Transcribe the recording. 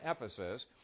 Ephesus